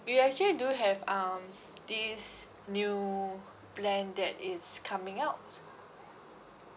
we actually do have um this new plan that is coming out